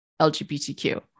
LGBTQ